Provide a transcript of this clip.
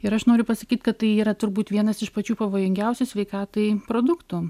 ir aš noriu pasakyt kad tai yra turbūt vienas iš pačių pavojingiausių sveikatai produktų